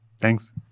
Thanks